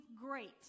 great